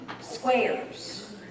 squares